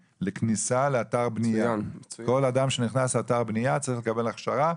לכניסה לאתר בנייה כל אדם שנכנס לאתר בנייה צריך לקבל הכשרה,